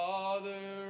Father